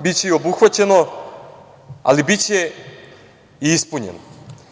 biće i obuhvaćeno, ali biće i ispunjeno. Ovaj